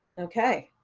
okay.